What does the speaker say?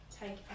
take